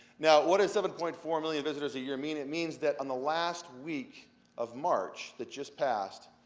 now, what does seven point four million visitors a year mean? it means that on the last week of march that just passed,